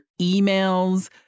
emails